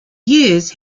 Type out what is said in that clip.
years